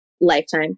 Lifetime